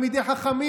הם תלמידי חכמים.